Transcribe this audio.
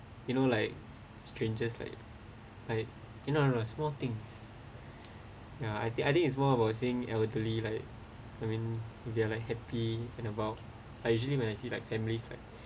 you know like strangers like like you know small things ya I I think it's more about seeing elderly right I mean they are like happy and about I usually when I see like families like